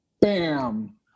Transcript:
bam